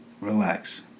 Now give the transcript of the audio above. Relax